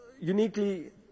uniquely